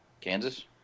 Kansas